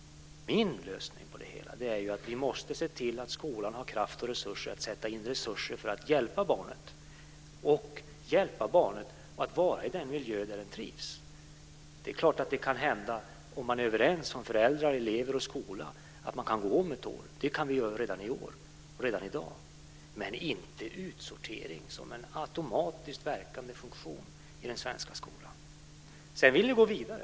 2Min lösning på det hela är att vi måste se till att skolan har kraft och resurser att sätta in för att hjälpa barnet i den miljö där barnet trivs. Det är klart att det kan hända om föräldrar, elever och skola är överens att man kan gå om ett år. Det kan man göra redan i dag. Men inte utsortering som en automatiskt verkande funktion i den svenska skolan. Sedan vill ni gå vidare.